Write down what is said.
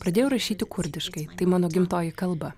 pradėjau rašyti kurdiškai tai mano gimtoji kalba